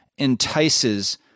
Entices